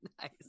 Nice